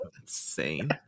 insane